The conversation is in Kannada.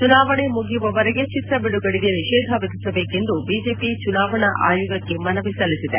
ಚುನಾವಣೆ ಮುಗಿಯುವವರೆಗೆ ಚಿತ್ರ ಬಿಡುಗಡೆಗೆ ನಿಷೇಧ ವಿಧಿಸಬೇಕೆಂದು ಬಿಜೆಪಿ ಚುನಾವಣಾ ಆಯೋಗಕ್ಕೆ ಮನವಿ ಸಲ್ಲಿಸಿದೆ